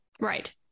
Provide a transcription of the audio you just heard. Right